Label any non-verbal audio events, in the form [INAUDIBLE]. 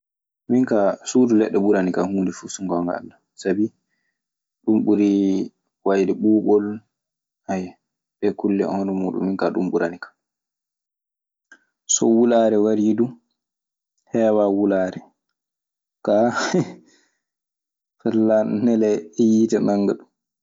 Min kaa suudu leɗɗe ɓurani kan huunde fuu so ngoonga Alla sabi ɗun ɓuri waɗde ɓuuɓol. Kañun e kulle hono muuɗun minka ɓuranikan. So wulaare warii du, heewaa wulaare. Kaa, [LAUGHS] fati Laanɗo nele yiite nannga ɗun.